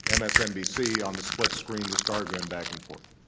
and msnbc on the split screen just arguing back and forth.